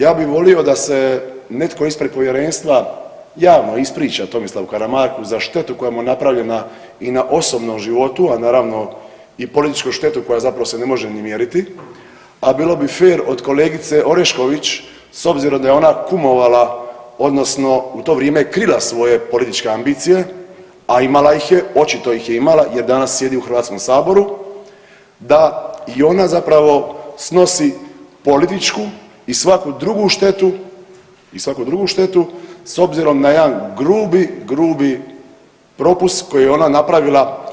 Ja bi volio da se netko ispred povjerenstva javno ispriča Tomislavu Karamarku za štetu koja mu je napravljena i na osobnom životu, a naravno i političku štetu koja zapravo se ne može ni mjeriti, a bilo bi fer od kolegice Orešković s obzirom da je ona kumovala odnosno u to vrijeme krila svoje političke ambicije, a imala ih je, očito ih je imala jer danas sjedi u HS da i ona zapravo snosi političku i svaku drugu štetu, i svaku drugu štetu s obzirom na jedan grubi, grubi propust koji je ona napravila.